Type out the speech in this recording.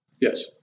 Yes